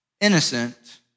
innocent